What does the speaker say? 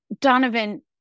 Donovan